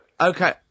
Okay